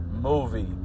movie